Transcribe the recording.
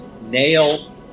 nail